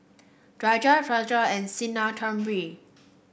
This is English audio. Rajat Razia and Sinnathamby